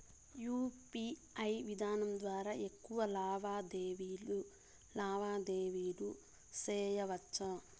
UPI విధానం ద్వారా ఎక్కువగా లావాదేవీలు లావాదేవీలు సేయొచ్చా?